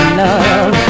love